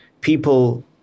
People